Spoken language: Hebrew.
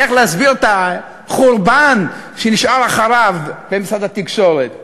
איך להסביר את החורבן שנשאר אחריו במשרד התקשורת.